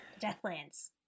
Deathlands